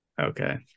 Okay